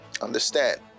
Understand